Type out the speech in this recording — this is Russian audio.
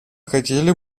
хотели